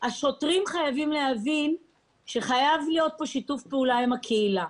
השוטרים חייבים להבין שחייב להיות פה שיתוף פעולה עם הקהילה.